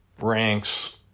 ranks